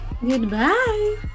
goodbye